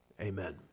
Amen